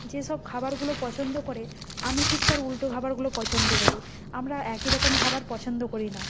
যেসব খাবারগুলো পছন্দ করে আমি ঠিক তার উলটো খাবারগুলো পছন্দ করি আমরা একই রকম খাবার পছন্দ করি না